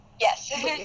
Yes